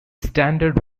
standard